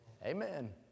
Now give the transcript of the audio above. Amen